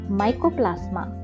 mycoplasma